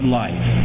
life